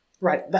Right